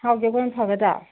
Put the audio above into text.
ꯍꯥꯎ ꯖꯒꯣꯏꯅ ꯐꯒꯗ꯭ꯔꯣ